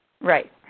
Right